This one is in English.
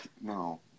No